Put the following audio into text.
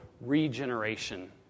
regeneration